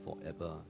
forever